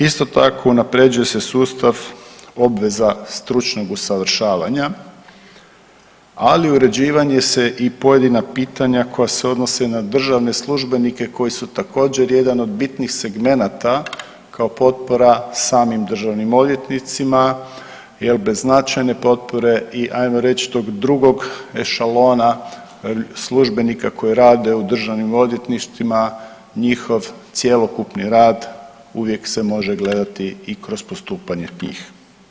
Isto tako unapređuje se sustav obveza stručnog usavršavanja, ali uređivanje se i pojedina pitanja koja se odnose na državne službenike koji su također jedan od bitnih segmenata kao potpora samim državnim odvjetnicima jer bez značajne potpore i ajmo reći tog drugog ešalona službenika koji rade u državnim odvjetništvima njihov cjelokupni rad uvijek se može gledati i kroz postupanje tih.